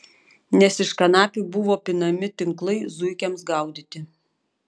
nes iš kanapių buvo pinami tinklai zuikiams gaudyti